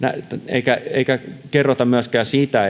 eikä eikä kerrota myöskään siitä